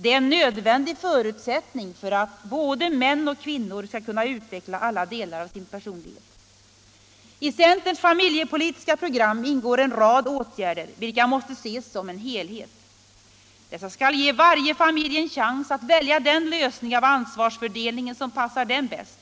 Det är en nödvändig förutsättning för att både män och kvinnor skall kunna utveckla alla delar av sin personlighet. I centerns familjepolitiska program ingår en rad åtgärder, vilka måste ses som en helhet. Dessa skall ge varje familj en chans att välja den lösning av ansvarsfördelningen som passar den familjen bäst.